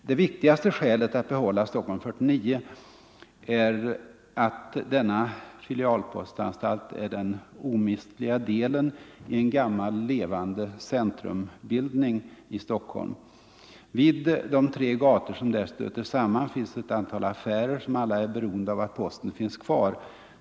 Det viktigaste skälet att behålla Stockholm 49 är kanske trots allt att denna filialpostanstalt är en omistlig del i en gammal levande centrumbildning i Stockholm. Vid de tre gator som där stöter samman finns ett antal affärer, som alla är beroende av att posten finns kvar.